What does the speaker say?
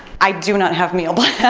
i do not have meal but yeah